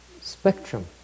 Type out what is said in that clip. spectrum